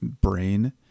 brain